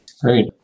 Great